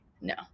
No